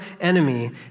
enemy